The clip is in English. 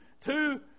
two